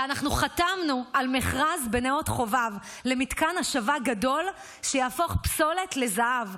ואנחנו חתמנו על מכרז בנאות חובב למתקן השבה גדול שיהפוך פסולת לזהב,